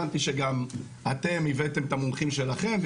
הבנתי שגם אתם הבאתם את המומחים שלכם,